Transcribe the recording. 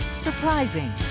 Surprising